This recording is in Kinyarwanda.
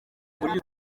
muri